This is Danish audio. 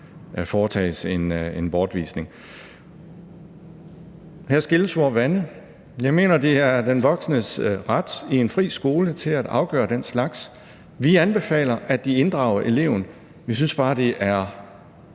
foretages en bortvisning. Her skilles vandene. Jeg mener, at det er den voksnes ret i en fri skole at afgøre den slags. Vi anbefaler, at de inddrager eleven, men vi synes bare, det er